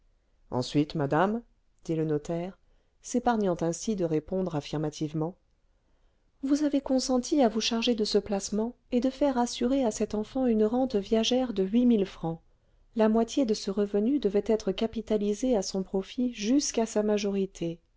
ensuite madame dit le notaire s'épargnant ainsi de répondre affirmativement vous avez consenti à vous charger de ce placement et de faire assurer à cette enfant une rente viagère de huit mille francs la moitié de ce revenu devait être capitalisée à son profit jusqu'à sa majorité